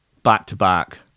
back-to-back